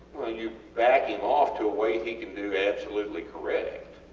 you back him off to a weight he can do absolutely correct.